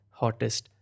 hottest